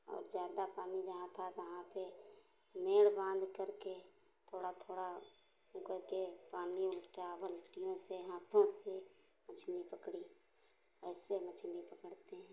और ज़्यादा पानी जहाँ था तहाँ पे मेढ़ बाँध करके थोड़ा थोड़ा वो करके पानी उल्चा बल्टियों से हाथों से मछली पकड़ी ऐसे मछली पकड़ते हैं